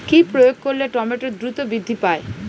কি প্রয়োগ করলে টমেটো দ্রুত বৃদ্ধি পায়?